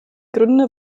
gründe